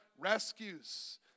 rescues